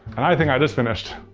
and i think i just finished.